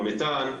המתאן,